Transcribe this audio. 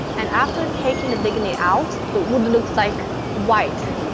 and after taking the lignin out the wood looks like white.